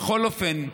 בכל אופן,